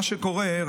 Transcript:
מה שקורה,